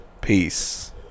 Peace